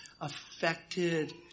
affected